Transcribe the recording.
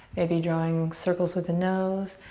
maybe drawing circles with the nose.